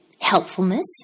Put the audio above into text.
helpfulness